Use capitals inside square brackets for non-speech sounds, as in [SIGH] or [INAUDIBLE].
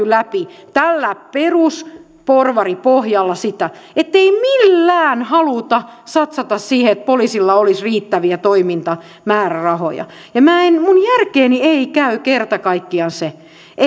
[UNINTELLIGIBLE] läpi tällä perusporvaripohjalla sitä ettei millään haluta satsata siihen että poliisilla olisi riittäviä toimintamäärärahoja ja minun järkeeni ei käy kerta kaikkiaan se